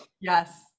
Yes